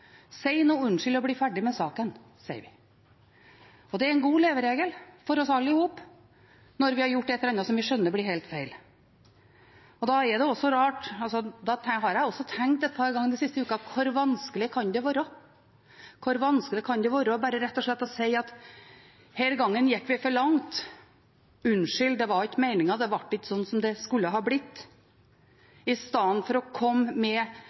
si unnskyld – si nå unnskyld og bli ferdig med saken, sier vi. Det er en god leveregel for oss alle sammen når vi har gjort et eller annet som vi skjønner blir helt feil. Da har jeg også tenkt et par ganger de siste ukene: Hvor vanskelig kan det være bare rett og slett å si at denne gangen gikk vi for langt – unnskyld, det var ikke meningen, det ble ikke slik som det skulle ha blitt – istedenfor å komme med